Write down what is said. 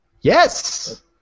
Yes